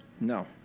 no